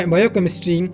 Biochemistry